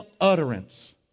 utterance